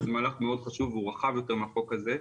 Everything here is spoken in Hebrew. זה מהלך מאוד חשוב והוא רחב יותר מהחוק הזה.